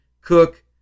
Cook